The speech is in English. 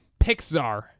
Pixar